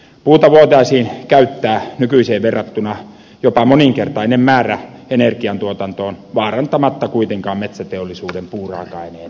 puuta voitaisiin käyttää nykyiseen verrattuna jopa moninkertainen määrä energiantuotantoon vaarantamatta kuitenkaan metsäteollisuuden puuraaka aineen saantia